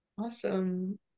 Awesome